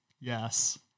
Yes